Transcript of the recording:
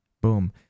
Boom